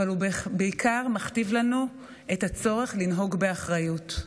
אבל הוא בעיקר מכתיב לנו את הצורך לנהוג באחריות,